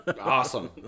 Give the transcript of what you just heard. Awesome